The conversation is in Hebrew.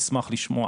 נשמח לשמוע.